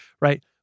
right